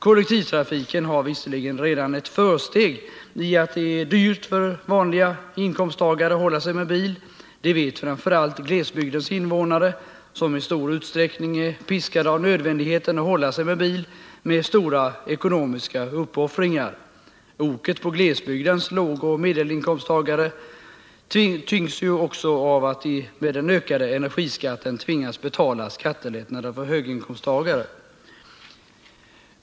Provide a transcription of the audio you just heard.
Kollektivtrafiken har visserligen redan ett försteg genom att det är dyrt för vanliga inkomsttagare att hålla sig med bil; det vet framför allt glesbygdens invånare, som i stor utsträckning är piskade av nödvändigheten att hålla sig med bil — med stora ekonomiska uppoffringar. Oket på glesbygdens lågoch medelinkomsttagare tyngs nu också av att de med den ökade energiskatten tvingas betala skattelättnader för höginkomsttagare.